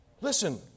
Listen